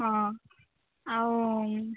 ହଁ ଆଉ